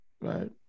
right